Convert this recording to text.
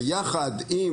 יחד עם